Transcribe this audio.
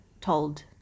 told